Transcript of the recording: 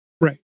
Right